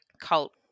cult